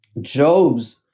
Job's